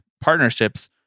partnerships